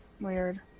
Weird